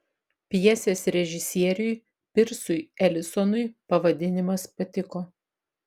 pjesės režisieriui pirsui elisonui pavadinimas patiko